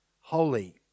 holy